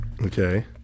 Okay